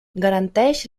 garanteix